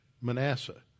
Manasseh